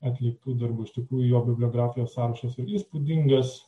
atliktų darbų iš tikrųjų jo bibliografijos sąrašas įspūdingas